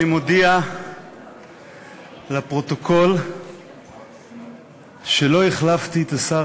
אני מודיע לפרוטוקול שלא החלפתי את השר